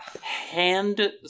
hand